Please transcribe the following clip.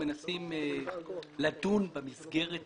מנסים לדון במסגרת